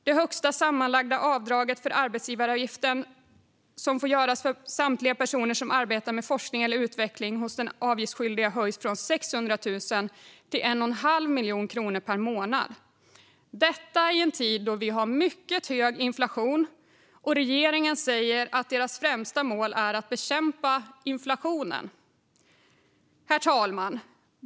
Det högsta sammanlagda avdraget från arbetsgivaravgifterna som får göras för samtliga personer som arbetar med forskning eller utveckling hos den avgiftsskyldige höjs från 600 000 kronor till 1 1⁄2 miljon kronor per månad. Detta sker i en tid då vi har en mycket hög inflation och regeringen säger att deras främsta mål är att bekämpa inflationen. Herr talman!